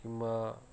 କିମ୍ବା